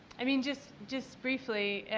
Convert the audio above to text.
i mean just just briefly,